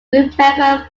member